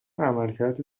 عملکرد